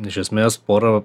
iš esmės porą